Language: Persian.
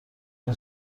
این